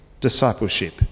discipleship